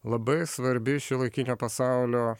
labai svarbi šiuolaikinio pasaulio